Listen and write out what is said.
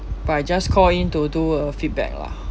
but I just call in to do a feedback lah